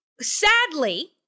sadly